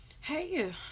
Hey